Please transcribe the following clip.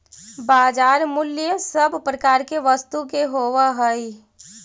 बाजार मूल्य सब प्रकार के वस्तु के होवऽ हइ